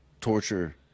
Torture